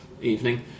evening